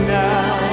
now